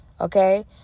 Okay